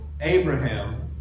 Abraham